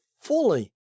fully